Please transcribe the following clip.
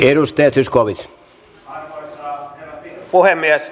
arvoisa herra puhemies